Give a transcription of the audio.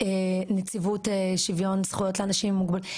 נציבות שוויון זכויות לאנשים עם מוגבלות,